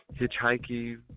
Hitchhiking